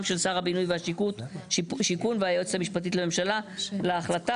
של שר הבינוי והשיכון והיועצת המשפטית לממשלה להחלטה,